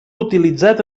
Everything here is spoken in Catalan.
utilitzat